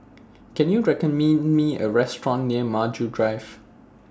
Can YOU Me A Restaurant near Maju Drive